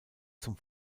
zum